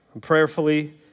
prayerfully